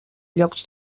llocs